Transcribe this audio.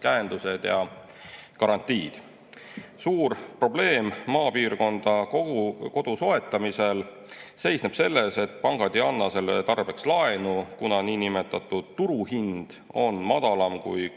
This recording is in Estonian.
käendused ja garantiid. Suur probleem maapiirkonda kodu soetamisel seisneb selles, et pangad ei anna selle tarbeks laenu, kuna niinimetatud turuhind on madalam kui